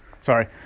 Sorry